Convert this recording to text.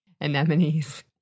Anemones